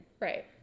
Right